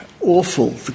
awful